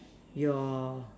your